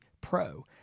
Pro